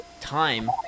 time